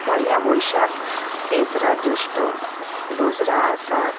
পয়লা বৈশাখ তেসরা জ্যৈষ্ঠ দোসরা আষাঢ়